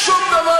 מי שם אותך,